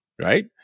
right